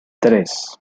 tres